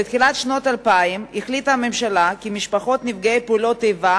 בתחילת שנת 2000 החליטה הממשלה כי משפחות נפגעי פעולות איבה